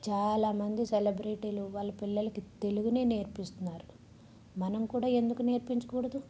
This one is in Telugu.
చాలా మంది సెలబ్రిటీలు వాళ్ళ పిల్లలకి తెలుగునే నేర్పిస్తున్నారు మనం కూడా ఎందుకు నేర్పించకూడదు